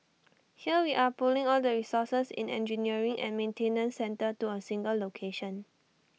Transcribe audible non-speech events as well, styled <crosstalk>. <noise> here we are pulling all the resources in engineering and maintenance centre to A single location